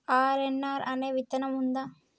RNR అనే విత్తనం ఉందా?